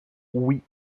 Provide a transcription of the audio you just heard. oui